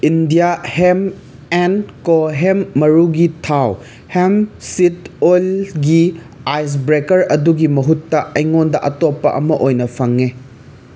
India hemp and ꯀꯣ hemp ꯃꯔꯨꯒꯤ ꯊꯥꯎ ꯍꯦꯝꯞ ꯁꯤꯗ ꯑꯣꯏꯜꯒꯤ ꯑꯥꯏꯖ ꯕ꯭ꯔꯦꯀꯔ ꯑꯗꯨꯒꯤ ꯃꯍꯨꯠꯇ ꯑꯩꯉꯣꯟꯗ ꯑꯇꯣꯞꯄ ꯑꯃ ꯑꯣꯏꯅ ꯐꯪꯉꯦ